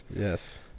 Yes